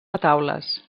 retaules